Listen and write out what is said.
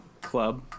club